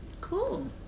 Cool